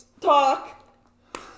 talk